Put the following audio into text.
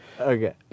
Okay